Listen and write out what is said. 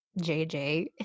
JJ